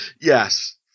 yes